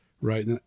right